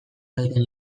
egiten